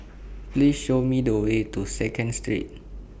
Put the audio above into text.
Please Show Me The Way to Second Street